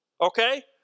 okay